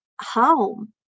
home